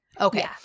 Okay